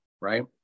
right